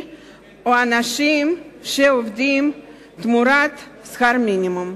או אנשים שעובדים תמורת שכר מינימום.